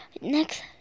Next